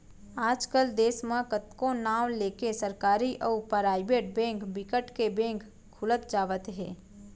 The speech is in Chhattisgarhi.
आज कल देस म कतको नांव लेके सरकारी अउ पराइबेट बेंक बिकट के बेंक खुलत जावत हे